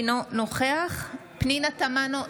אינו נוכח פנינה תמנו,